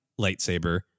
lightsaber